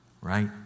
right